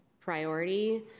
priority